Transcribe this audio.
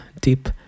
deep